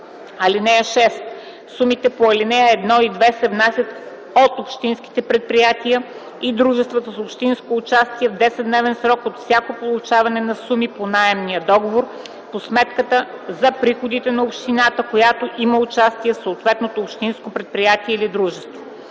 (6) Сумите по ал. 1 и 2 се внасят от общинските предприятия и дружествата с общинско участие в десетдневен срок от всяко получаване на суми по наемния договор по сметката за приходите на общината, която има участие в съответното общинско предприятие или дружество.”